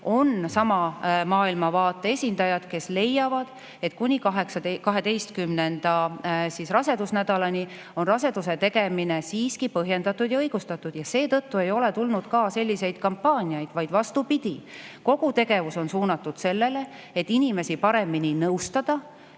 on sama maailmavaate esindajad, kes leiavad, et kuni 12. rasedusnädalani võib [abordi] tegemine siiski olla põhjendatud ja õigustatud ja seetõttu ei ole tulnud ka selliseid kampaaniaid. Vastupidi, kogu tegevus on suunatud sellele, et inimesi paremini nõustada,